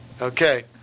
Okay